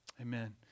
Amen